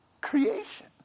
creation